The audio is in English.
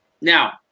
Now